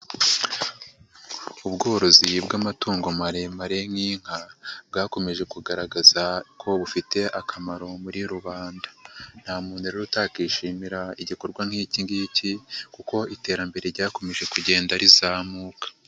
Ubworozi bw'amatungo maremare nk'inka, bwakomeje kugaragaza ko bufite akamaro muri rubanda. Nta muntu rero utakishimira igikorwa nk'iiki ngiki kuko iterambere ryakomeje kugenda rizamuka.